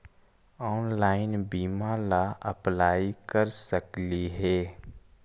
Online बीमा ला apply कर सकली हे?